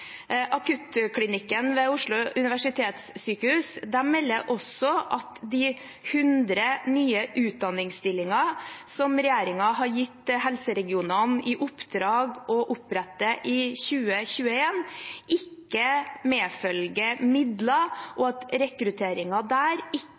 Akuttklinikken ved Oslo universitetssykehus melder også at det ikke medfølger midler til de 100 nye utdanningsstillingene som regjeringen har gitt helseregionene i oppdrag å opprette i 2021, og at rekrutteringen der ikke